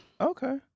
Okay